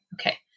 Okay